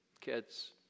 Kids